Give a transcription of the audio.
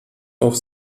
auf